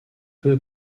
peu